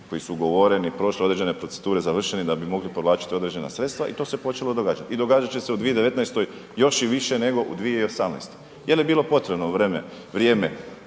koji su ugovoreni prošle određene procedure, završeni da bi mogli povlačiti određena sredstva i to se počelo događati i događat će se u 2019. još i više nego u 2018. Je li bilo potrebno vrijeme